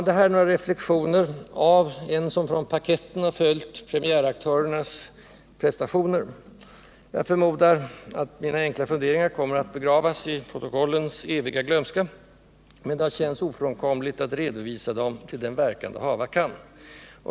Detta är några reflexioner av en som från parketten har följt premiäraktörernas prestationer. Jag förmodar att mina enkla funderingar kommer att begravas i protokollens eviga glömska, men det har känts ofrånkomligt att redovisa dem till den verkan det hava kan.